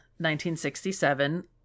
1967